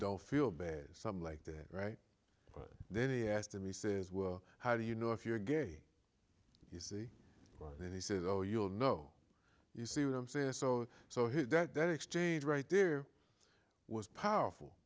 don't feel bad some like the right but then he asked him he says well how do you know if you're gay you see and he says oh you'll know you see what i'm saying so so hit that exchange right there was powerful